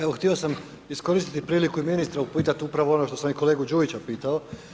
Evo, htio sam iskoristiti priliku i ministra upitati upravo ono što sam i kolegu Đujića pitao.